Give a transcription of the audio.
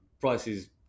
Prices